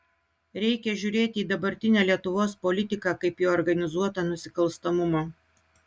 reikia žiūrėti į dabartinę lietuvos politiką kaip į organizuotą nusikalstamumą